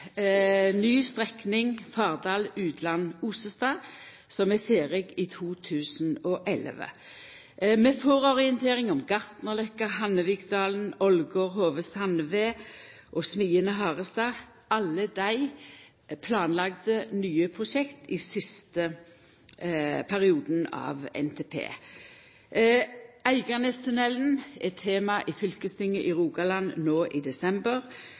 ny strekning Fardal–Udland–Osestad, som er ferdig i 2011. Vi får orientering om Gartnerløkka–Hannevikdalen, Ålgård–Hove–Sandved og Smiene–Harestad. Alle desse er planlagde nye prosjekt i siste perioden av NTP. Eiganestunnelen er tema i fylkestinget i Rogaland no i desember.